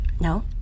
No